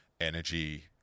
energy